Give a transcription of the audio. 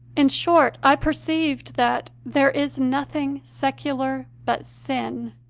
in short, i perceived that there is nothing secular but sin.